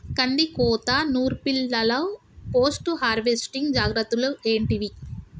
కందికోత నుర్పిల్లలో post harvesting జాగ్రత్తలు ఏంటివి?